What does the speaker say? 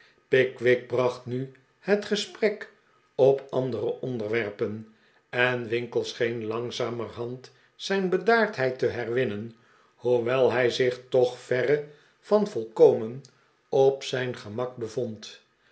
bracht nu het gesprek op andere onderwerpen en winkle scheen langzamerhand zijn bedaardheid te herwinnen hoewel hij zich toch verre van volkomen op zijn gemak bevond